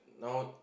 now